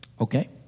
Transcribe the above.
Okay